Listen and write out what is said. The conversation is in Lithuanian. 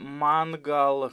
man gal